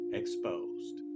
exposed